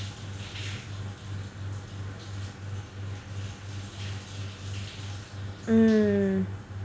mm